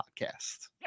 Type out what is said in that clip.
Podcast